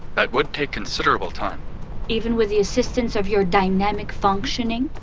that would take considerable time even with the assistance of your dynamic functioning?